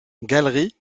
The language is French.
galeries